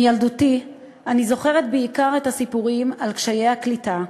מילדותי אני זוכרת בעיקר את הסיפורים על קשיי הקליטה,